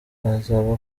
aza